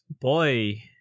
boy